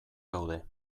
gaude